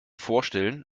vorstellen